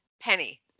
Penny